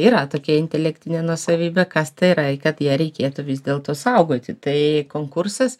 yra tokia intelektinė nuosavybė kas tai yra ir kad ją reikėtų vis dėlto saugoti tai konkursas